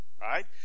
right